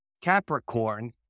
Capricorn